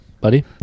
buddy